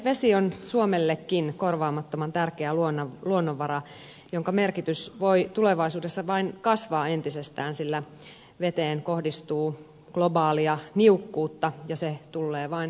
vesi on suomellekin korvaamattoman tärkeä luonnonvara jonka merkitys voi tulevaisuudessa vain kasvaa entisestään sillä veteen kohdistuu globaalia niukkuutta ja se tullee vain voimistumaan